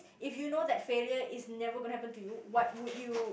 if you know that failure is never gonna happen to you what would you